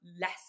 less